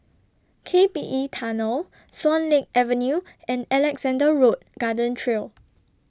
K P E Tunnel Swan Lake Avenue and Alexandra Road Garden Trail